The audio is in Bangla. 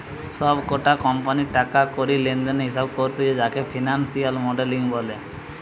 সব কটা কোম্পানির টাকা কড়ি লেনদেনের হিসেবে করতিছে যাকে ফিনান্সিয়াল মডেলিং বলে